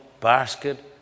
basket